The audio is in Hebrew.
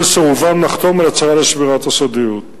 סירובם לחתום על הצהרה לשמירת הסודיות.